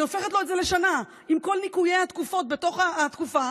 ואני הופכת לו אותה לשנה עם כל ניכויי התקופות בתוך התקופה,